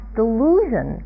delusion